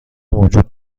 موجود